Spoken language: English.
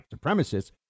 supremacists